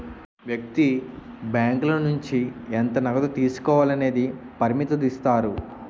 వ్యక్తి బ్యాంకుల నుంచి ఎంత నగదు తీసుకోవాలి అనేది పరిమితుదిస్తారు